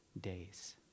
days